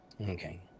Okay